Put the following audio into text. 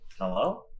Hello